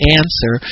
answer